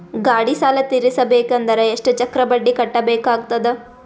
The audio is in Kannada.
ಗಾಡಿ ಸಾಲ ತಿರಸಬೇಕಂದರ ಎಷ್ಟ ಚಕ್ರ ಬಡ್ಡಿ ಕಟ್ಟಬೇಕಾಗತದ?